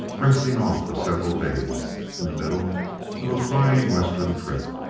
resting off for several days in the middle of a flying western trip.